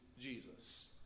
Jesus